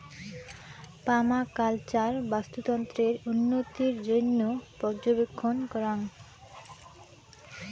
permaculture বাস্তুতন্ত্রের উন্নতির জইন্যে পর্যবেক্ষণ করাং